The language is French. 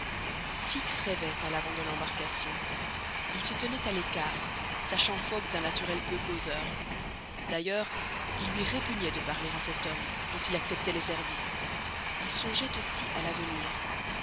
fix rêvait à l'avant de l'embarcation il se tenait à l'écart sachant fogg d'un naturel peu causeur d'ailleurs il lui répugnait de parler à cet homme dont il acceptait les services il songeait aussi à l'avenir